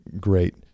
great